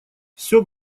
все